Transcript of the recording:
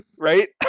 Right